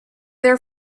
their